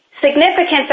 significance